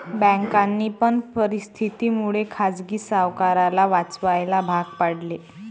बँकांनी पण परिस्थिती मुळे खाजगी सावकाराला वाचवायला भाग पाडले